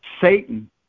Satan